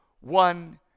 one